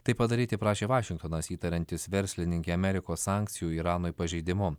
tai padaryti prašė vašingtonas įtariantis verslininkę amerikos sankcijų iranui pažeidimu